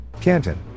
Canton